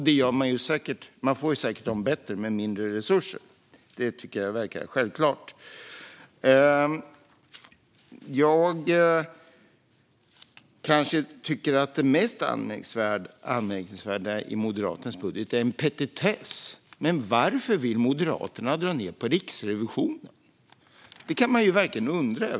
De blir säkert bättre med mindre resurser - det verkar självklart! Det mest anmärkningsvärda i Moderaternas budget är en petitess. Varför vill Moderaterna dra ned på Riksrevisionen? Det kan man verkligen undra.